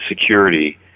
security